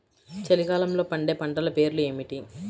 చలికాలంలో పండే పంటల పేర్లు ఏమిటీ?